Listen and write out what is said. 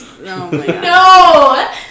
No